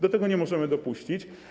Do tego nie możemy dopuścić.